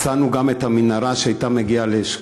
מצאנו גם את המנהרה שהייתה מגיעה לאשכול.